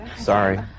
Sorry